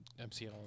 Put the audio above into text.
MCL